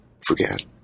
forget